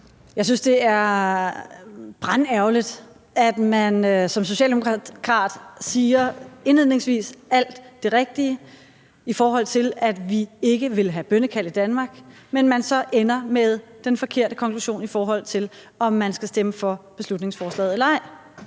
Jeg synes, det er brandærgerligt, at man som socialdemokrat indledningsvis siger alt det rigtige, i forhold til at vi ikke vil have bønnekald i Danmark, men at man så ender med den forkerte konklusion, i forhold til om man skal stemme for beslutningsforslaget eller ej